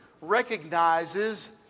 recognizes